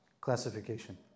Classification